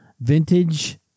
vintage